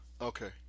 Okay